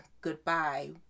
goodbye